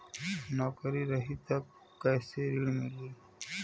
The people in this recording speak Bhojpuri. नौकरी रही त कैसे ऋण मिली?